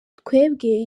twebwe